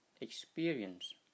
experience